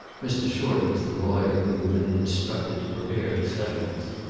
mr. short was the lawyer who had been instructed to prepare the settlements.